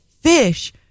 fish